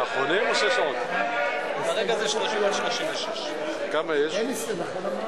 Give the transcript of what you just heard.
סעיפים 30 36 נתקבלו.